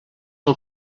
del